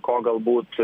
ko galbūt